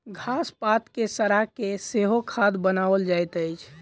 घास पात के सड़ा के सेहो खाद बनाओल जाइत अछि